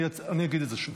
אני אגיד את זה שוב.